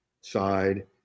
side